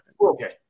Okay